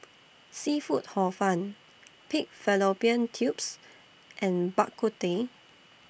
Seafood Hor Fun Pig Fallopian Tubes and Bak Kut Teh